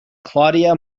claudia